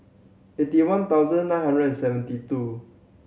eighty one thousand nine hundred and seventy two